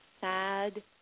sad